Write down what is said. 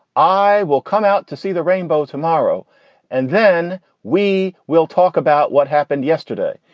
i will come out to see the rainbow tomorrow and then we will talk about what happened yesterday.